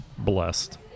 Blessed